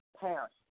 parents